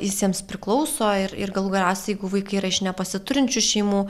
jis jiems priklauso ir ir galų gale galiausiai jeigu vaikai yra iš nepasiturinčių šeimų